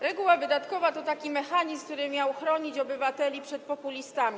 Reguła wydatkowa to taki mechanizm, który miał chronić obywateli przed populistami.